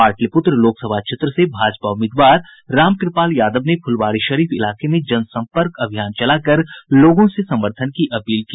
पाटलिपुत्र लोकसभा क्षेत्र से भाजपा उम्मीदवार रामकृपाल यादव ने फुलवारीशरीफ इलाके में जनसंपर्क अभियान चलाकर लोगों से समर्थन की अपील की